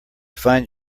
find